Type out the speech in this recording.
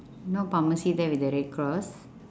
no pharmacy there with a red cross